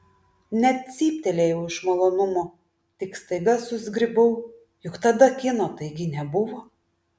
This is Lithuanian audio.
net cyptelėjau iš malonumo tik staiga susizgribau juk tada kino taigi nebuvo